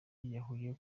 yiyahuye